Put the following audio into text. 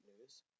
news